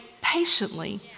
patiently